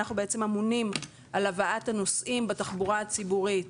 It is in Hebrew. אנחנו בעצם אמונים על הבאת הנוסעים בתחבורה הציבורית